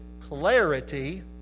clarity